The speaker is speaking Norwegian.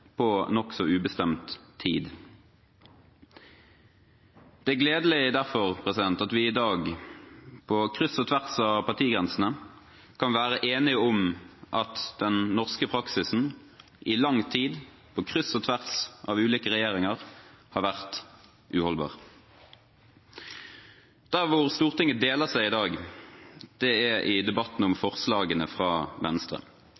på nokså ubestemt tid. Det er derfor gledelig at vi i dag – på kryss og tvers av partigrensene – kan være enige om at den norske praksisen i lang tid – på kryss og tvers av ulike regjeringer – har vært uholdbar. Der hvor Stortinget deler seg i dag, er i debatten om forslagene fra Venstre.